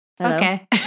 Okay